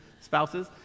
spouses